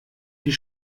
die